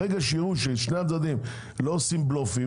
ברגע שיראו ששני הצדדים לא עושים בלופים,